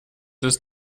ist